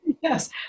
Yes